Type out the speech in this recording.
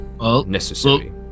necessary